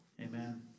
Amen